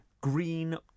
green